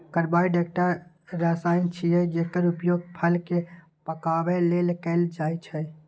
carbide एकटा रसायन छियै, जेकर उपयोग फल कें पकाबै लेल कैल जाइ छै